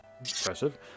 Impressive